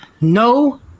No